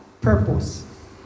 purpose